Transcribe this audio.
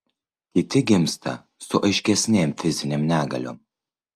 kiti gimsta su aiškesnėm fizinėm negaliom